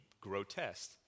grotesque